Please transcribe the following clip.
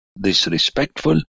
disrespectful